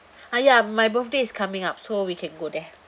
!aiya! my birthday is coming up so we can go there